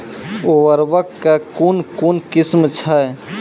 उर्वरक कऽ कून कून किस्म छै?